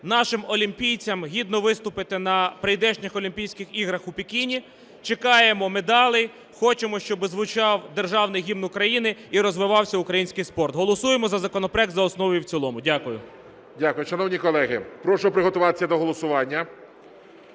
нашим олімпійцям гідно виступити на прийдешніх Олімпійських іграх у Пекіні. Чекаємо медалей, хочемо, щоб звучав Державний Гімн України і розвивався український спорт. Голосуємо за законопроект за основу і в цілому. Дякую. ГОЛОВУЮЧИЙ. Дякую. Шановні колеги, прошу приготуватися до голосування.